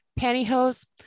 pantyhose